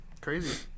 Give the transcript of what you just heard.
Crazy